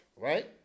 Right